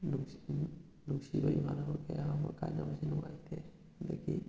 ꯅꯨꯡꯁꯤꯔꯕ ꯏꯃꯥꯟꯅꯕ ꯀꯌꯥ ꯑꯃ ꯀꯥꯏꯅꯕꯁꯤ ꯅꯨꯡꯉꯥꯏꯇꯦ ꯑꯗꯒꯤ